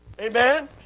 Amen